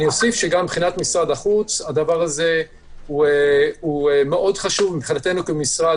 אני אוסיף שגם מבחינת משרד החוץ הדבר הזה הוא מאוד חשוב מבחינתנו כמשרד.